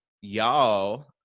y'all